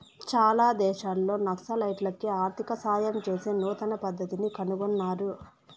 చాలా దేశాల్లో నక్సలైట్లకి ఆర్థిక సాయం చేసే నూతన పద్దతిని కనుగొన్నారు